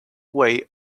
way